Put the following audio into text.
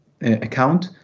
account